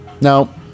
now